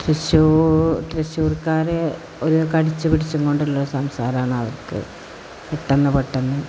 തൃശൂ തൃശ്ശൂർക്കാർ ഒരു കടിച്ചു പിടിച്ചും കൊണ്ടുള്ള സംസാരണവർക്ക് പെട്ടെന്നു പെട്ടെന്ന്